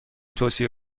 توصیه